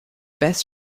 best